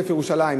עוטף-ירושלים,